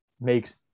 makes